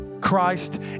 christ